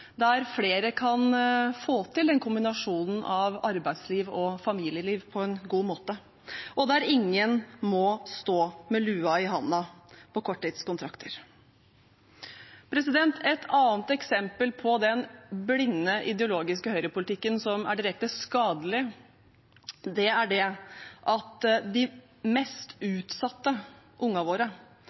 der flere kan få til kombinasjonen av arbeidsliv og familieliv på en god måte, og der ingen må stå med lua i handa og korttidskontrakter. Et annet eksempel på den blinde, ideologiske høyrepolitikken, som er direkte skadelig, er at de mest utsatte ungene våre,